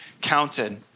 counted